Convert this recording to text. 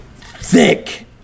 thick